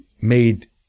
made